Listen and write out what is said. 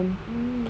mm